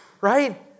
Right